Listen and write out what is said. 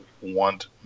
want